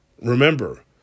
remember